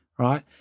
Right